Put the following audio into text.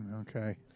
Okay